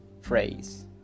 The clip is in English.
phrase